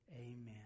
Amen